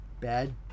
Bad